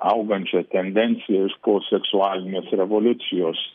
augančia tendencija skau seksualinės revoliucijos